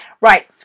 right